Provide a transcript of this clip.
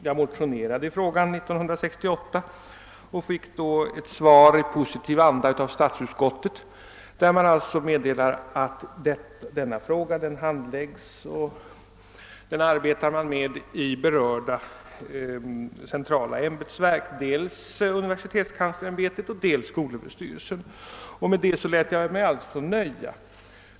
Jag motionerade i frågan 1968 och fick då ett besked i positiv anda från statsutskottet, som meddelade att ärendet behandlas i berörda centrala ämbetsverk, dels i universitetskanslersämn betet, dels i skolöverstyrelsen. Med det lät jag mig alltså nöja.